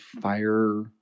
fire